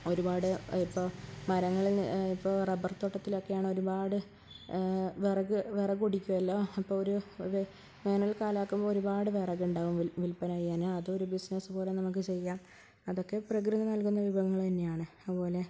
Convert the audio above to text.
ഒരുപാട് ഇപ്പോൾ മരങ്ങൾ ഇപ്പോൾ റബ്ബർ തോട്ടത്തിലൊക്കെയാണ് ഒരുപാട് വിറക് വിറകൊടിക്കുമല്ലോ അപ്പോൾ ഒരു വേനൽക്കാലമാകുമ്പോൾ ഒരുപാട് വിറകുണ്ടാവും വില്പന ചെയ്യാൻ അത് ഒരു ബിസിനസ്സ് പോലെ നമുക്ക് ചെയ്യാം അതൊക്കെ പ്രകൃതി നൽകുന്ന വിഭവങ്ങൾ തന്നെയാണ് അതുപോലെ